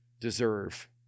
deserve